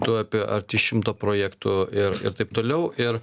tu apie arti šimto projektų ir ir taip toliau ir